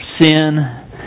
sin